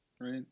right